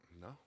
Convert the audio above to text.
No